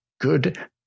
good